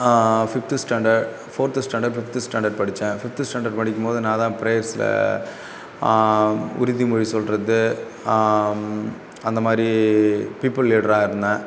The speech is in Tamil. fifth standard fourth standard fifth standard படித்தேன் ஃபிஃப்த் ஸ்டாண்டர்ட் படிக்கும்போது நான் தான் பிரேயர்சில் உறுதிமொழி சொல்வது அந்தமாதிரி பீப்புள் லீடராக இருந்தேன்